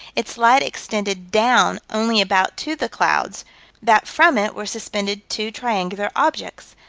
its light extended down only about to the clouds that from it were suspended two triangular objects,